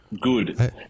good